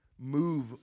move